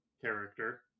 character